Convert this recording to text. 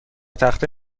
تخته